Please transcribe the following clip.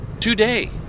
today